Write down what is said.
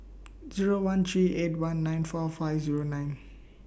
Zero one three eight one nine four five Zero nine